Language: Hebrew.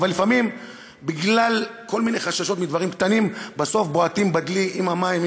אבל לפעמים בגלל כל מיני חששות מדברים קטנים בסוף בועטים בדלי עם המים,